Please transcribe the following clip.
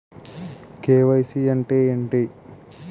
KYC అంటే ఏంటి?